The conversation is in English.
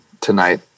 tonight